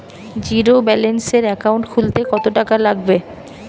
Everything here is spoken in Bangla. জিরোব্যেলেন্সের একাউন্ট খুলতে কত টাকা লাগবে?